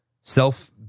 self